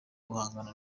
guhangana